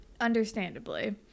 Understandably